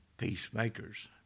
Peacemakers